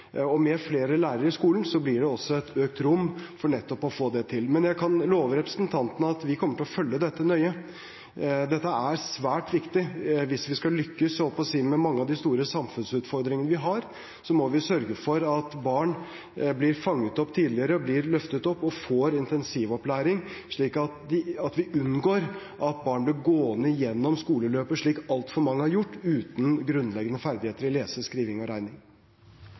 intensivopplæring. Med flere lærere i skolen blir det et økt rom for å få det til. Men jeg kan love representanten at vi kommer til å følge dette nøye, for dette er svært viktig. Hvis vi skal lykkes med å løse mange av samfunnsutfordringene vi har, må vi sørge for at barn blir fanget opp tidligere, blir løftet opp og får intensivopplæring, slik at vi unngår at de blir gående gjennom skoleløpet, slik altfor mange har gjort, uten grunnleggende ferdigheter i lesing, skriving og regning.